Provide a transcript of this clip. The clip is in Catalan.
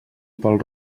pel